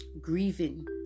grieving